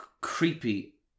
creepy